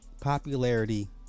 Popularity